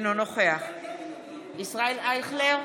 נגד ישראל אייכלר,